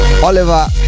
Oliver